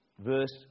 verse